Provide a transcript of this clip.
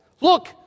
Look